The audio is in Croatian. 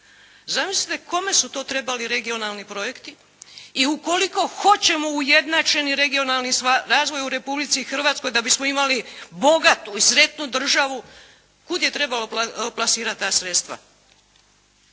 Zamislite kome su to trebali regionalni projekti i ukoliko hoćemo ujednačeni regionalni razvoj u Republici Hrvatskoj da bismo imali bogatu i sretnu državu, kud je trebalo plasirati ta sredstva?